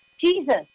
Jesus